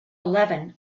eleven